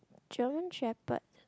German Shepherds